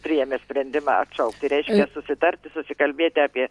priėmė sprendimą atšaukti reiškia susitarti susikalbėti apie